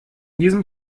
diesem